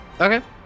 Okay